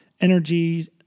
energy